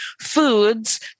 foods